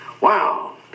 Wow